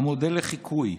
המודל לחיקוי,